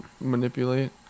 Manipulate